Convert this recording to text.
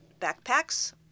backpacks